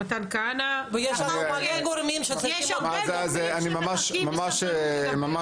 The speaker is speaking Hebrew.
השר חייב לעזוב ויש עוד הרבה גורמים שמחכים בסבלנות לדבר.